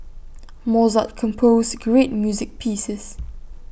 Mozart composed great music pieces